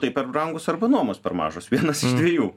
tai per brangus arba nuomos per mažos vienas iš dviejų